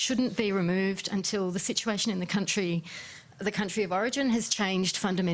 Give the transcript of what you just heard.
היא לא אמורה להיות מוסרת עד אשר המצב במדינת המוצא השתנה באופן מהותי,